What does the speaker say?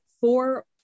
four